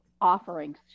offerings